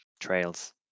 trails